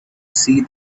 see